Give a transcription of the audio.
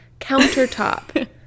countertop